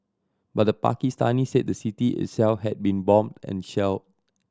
but the Pakistanis said the city itself had been bombed and shelled